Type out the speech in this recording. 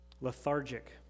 lethargic